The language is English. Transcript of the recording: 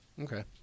Okay